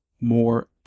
more